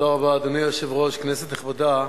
אדוני היושב-ראש, תודה רבה, כנסת נכבדה,